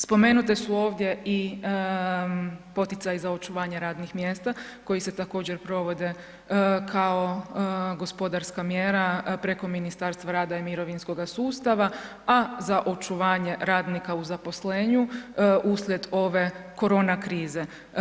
Spomenute su ovdje i poticaji za očuvanje radnih mjesta koji se također provode kao gospodarska mjera preko Ministarstva rada i mirovinskoga sustava, a za očuvanje radnika u zaposlenju uslijed ove korona krize.